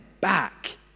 back